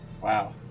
Wow